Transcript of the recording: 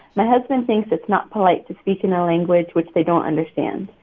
my husband thinks it's not polite to speak in a language which they don't understand.